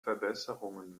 verbesserungen